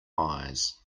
eyes